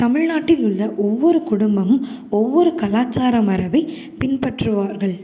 தமிழ்நாட்டில் உள்ள ஒவ்வொரு குடும்பமும் ஒவ்வொரு கலாச்சார மரபை பின்பற்றுவார்கள்